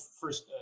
first